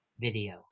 video